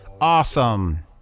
Awesome